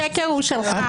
השקר הוא שלך.